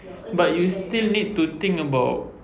but you still need to think about